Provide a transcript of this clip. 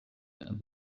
that